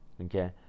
Okay